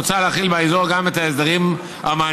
מוצע להחיל באזור גם את ההסדרים המעניקים